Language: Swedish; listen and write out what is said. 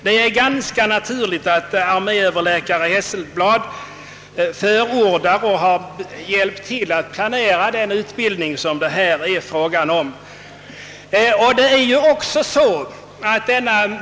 Det är ganska naturligt att arméöverläkaren Hesselblad förordar och själv hjälpt till att planera den utbildning som det här är fråga om.